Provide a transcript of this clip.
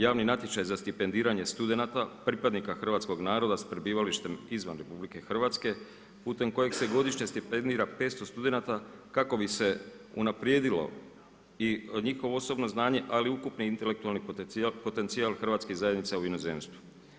Javni natječaj za stipendiranje studenata, pripadnika hrvatskog naroda s prebivalištem izvan RH putem kojeg se godišnje stipendira 500 studenata kako bi se unaprijedilo i njihovo osobno znanje, ali i ukupni intelektualni potencijal hrvatskih zajednica u inozemstvu.